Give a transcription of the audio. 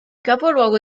capoluogo